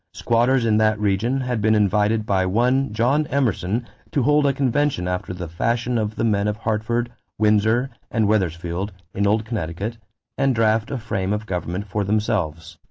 squatters in that region had been invited by one john emerson to hold a convention after the fashion of the men of hartford, windsor, and wethersfield in old connecticut and draft a frame of government for themselves.